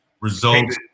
results